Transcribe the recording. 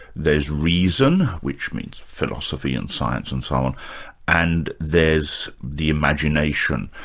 there's reason which means philosophy and science and so and and there's the imagination.